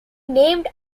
named